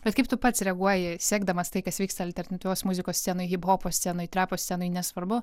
bet kaip tu pats reaguoji sekdamas tai kas vyksta alternatyvios muzikos scenoj hiphopo scenoj trapo scenoj nesvarbu